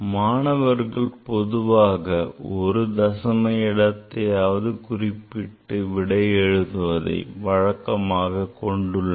மாணவர்கள் பொதுவாக ஒரு தசம இடத்தையாவது குறிப்பிட்டு விடையை எழுதுவதை வழக்கமாக கொண்டுள்ளனர்